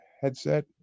headset